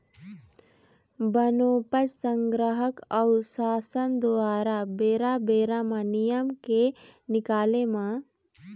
बनोपज संग्राहक अऊ सासन दुवारा बेरा बेरा म नियम के निकाले म